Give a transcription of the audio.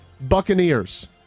Buccaneers